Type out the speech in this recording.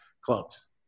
clubs